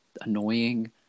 annoying